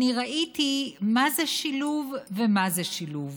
ואני ראיתי מה זה שילוב ומה זה שילוב.